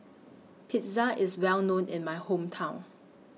Pizza IS Well known in My Hometown